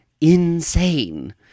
insane